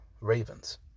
Ravens